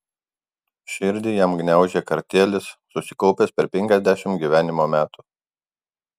širdį jam gniaužė kartėlis susikaupęs per penkiasdešimt gyvenimo metų